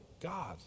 God